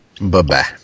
Bye-bye